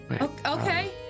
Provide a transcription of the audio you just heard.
Okay